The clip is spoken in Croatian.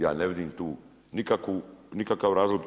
Ja ne vidim tu nikakav razlog.